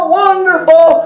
wonderful